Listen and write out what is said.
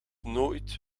nooit